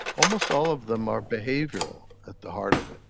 almost all of them are behavioural at the heart of it.